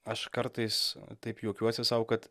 aš kartais taip juokiuosi sau kad